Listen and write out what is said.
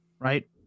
Right